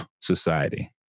society